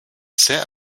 sehr